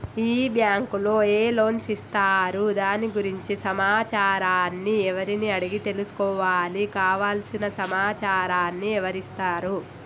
ఈ బ్యాంకులో ఏ లోన్స్ ఇస్తారు దాని గురించి సమాచారాన్ని ఎవరిని అడిగి తెలుసుకోవాలి? కావలసిన సమాచారాన్ని ఎవరిస్తారు?